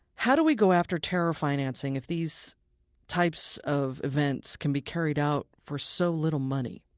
how do we go after terror financing if these types of events can be carried out for so little money?